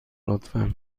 لطفا